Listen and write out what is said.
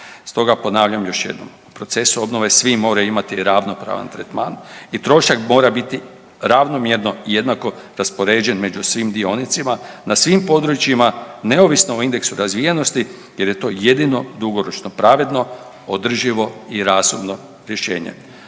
Stoga ponavljam još jednom, u procesu obnove svi moraju imati ravnopravna tretman i trošak mora biti ravnomjerno i jednako raspoređen među svim dionicima na svim područjima neovisno o indeksu razvijenosti jer je to jedino dugoročno pravedno održivo i razumno rješenje.